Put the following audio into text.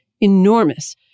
enormous